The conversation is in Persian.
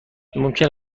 ممکن